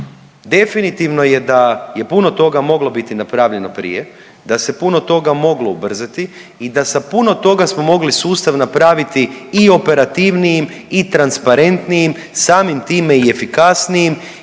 Definitivno je da je puno toga moglo biti napravljeno prije, da se puno toga moglo ubrzati i da sa puno toga smo mogli sustav napraviti i operativnijim i transparentnijim, samim time i efikasnijim